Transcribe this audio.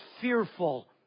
fearful